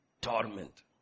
torment